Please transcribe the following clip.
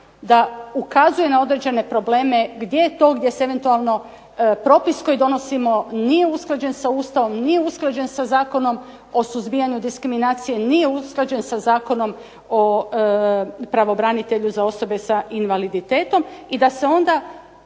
da ukazuje na određen probleme gdje je to gdje se eventualno propis koji donosimo nije usklađen sa Ustavom, nije usklađen sa Zakonom o suzbijanju diskriminacije, nije usklađen sa Zakonom o pravobranitelju za osobe s invaliditetom, i da se onda